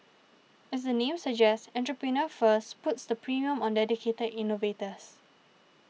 as the name suggests Entrepreneur First puts the premium on dedicated innovators